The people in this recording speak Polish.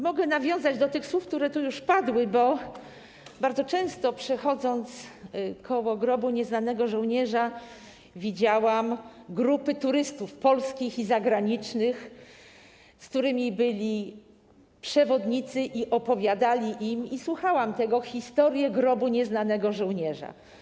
Mogę nawiązać do tych słów, które tu już padły, bo bardzo często, przechodząc koło Grobu Nieznanego Żołnierza, widziałam grupy turystów, polskich i zagranicznych, z którymi byli przewodnicy i którym opowiadali - słuchałam tego - historię Grobu Nieznanego Żołnierza.